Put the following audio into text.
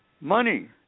Money